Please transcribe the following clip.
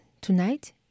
Tonight